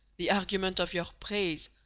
the argument of your praise,